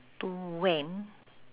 to when